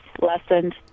lessened